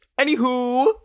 anywho